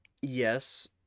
Yes